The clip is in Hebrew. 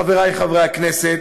חברי חברי הכנסת,